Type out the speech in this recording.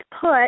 put